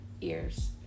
ears